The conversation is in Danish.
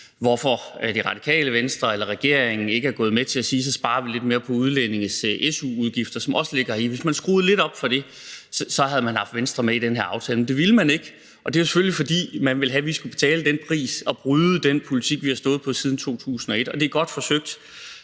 hvorfor Det Radikale Venstre eller regeringen ikke er gået med til at sige, at så sparer vi lidt mere på su-udgifter til udlændinge, som også ligger heri. Hvis man skruede lidt op for det, havde man haft Venstre med i den her aftale, men det ville man ikke, og det er selvfølgelig, fordi man ville have, at vi skulle betale den pris og bryde den politik, vi har stået fast på siden 2001. Det er godt forsøgt,